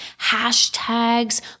hashtags